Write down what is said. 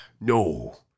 No